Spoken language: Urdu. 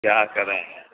کیا کریں